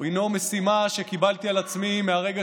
הינו משימה שקיבלתי על עצמי מהרגע